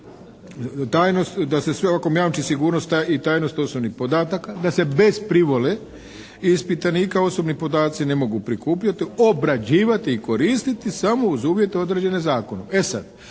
da se svakom jamči sigurnost i tajnost osobnih podataka, da se bez privole ispitanika osobni podaci ne mogu prikupljati, obrađivati i koristiti samo uz uvjete određene zakonom. E sad,